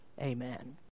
Amen